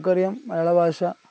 നമുക്കറിയം മലയാള ഭാഷ